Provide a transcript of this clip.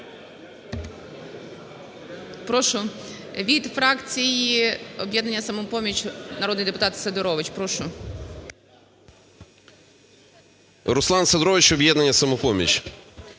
Руслан Сидорович, "Об'єднання "Самопоміч".